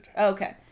Okay